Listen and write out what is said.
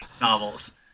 novels